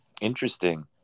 Interesting